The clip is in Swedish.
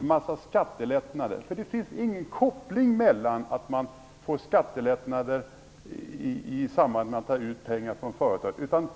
en massa skattelättnader utifrån. Det finns ingen koppling när det gäller skattelättnader i samband med att man tar ut pengar från ett företag.